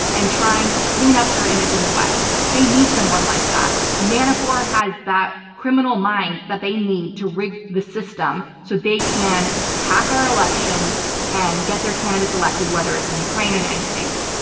and trying to clean up their image in the west. they need someone like that. manafort has that criminal mind that they need to rig the system so they can hack our elections and get their candidates elected, whether it's in ukraine or the united states.